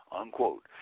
Unquote